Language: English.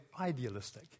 idealistic